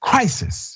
Crisis